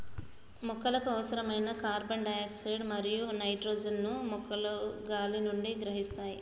మొక్కలకు అవసరమైన carbon dioxide మరియు నైట్రోజన్ ను మొక్కలు గాలి నుండి గ్రహిస్తాయి